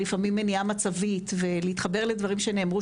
לפעמים מניעה מצבית ולהתחבר לדברים שנאמרו